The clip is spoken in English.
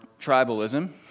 tribalism